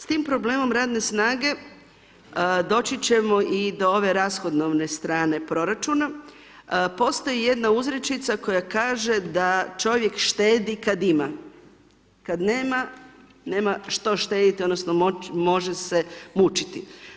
S tim problemom radne snage doći ćemo i do ove rashodovne strane proračuna, postoji jedna uzrečica koja kaže da čovjek štedi kad ima, kad nema, nema što štediti odnosno može se mučiti.